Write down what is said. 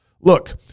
Look